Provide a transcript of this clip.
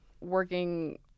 working